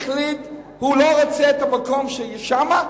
החליט שהוא לא רוצה את המקום שיש שם,